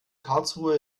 karlsruhe